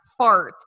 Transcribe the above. farts